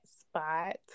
spot